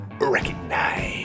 recognize